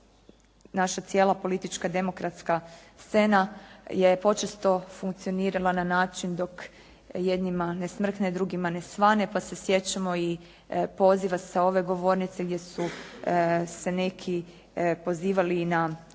naša cijela politička demokratska scena je počesto funkcionirala na način dok jednima ne smrkne drugima ne svane pa se sjećamo i poziva sa ove govornice gdje su se neki pozivali i na uvođenje